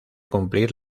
cumplir